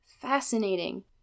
fascinating